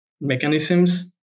mechanisms